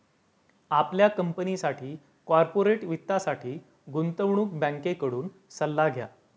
आपल्या कंपनीसाठी कॉर्पोरेट वित्तासाठी गुंतवणूक बँकेकडून सल्ला घ्या